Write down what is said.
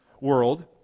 world